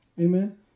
Amen